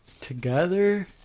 Together